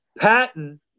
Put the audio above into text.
Patton